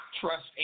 trust